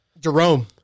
Jerome